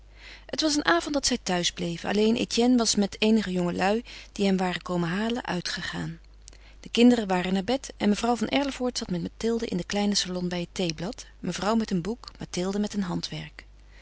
het was een avond dat zij thuis bleven alleen etienne was met eenige jongelui die hem waren komen halen uitgegaan de kinderen waren naar bed en mevrouw van erlevoort zat met mathilde in den kleinen salon bij het theeblad mevrouw met een boek mathilde met een handwerk